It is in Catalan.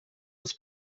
als